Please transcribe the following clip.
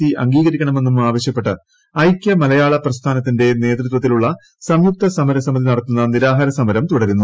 C അംഗീകരിക്കണമെന്നും ആവശൃപ്പെട്ട് ഐക്യമലയാള പ്രസ്ഥാനത്തിന്റെ നേതൃത്വത്തിലുള്ള സംയുക്ത സമരസമിതി നടത്തുന്ന നിരാഹാര സമരം തുടരുന്നു